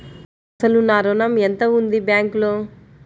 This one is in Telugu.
అసలు నా ఋణం ఎంతవుంది బ్యాంక్లో?